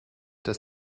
dass